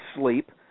sleep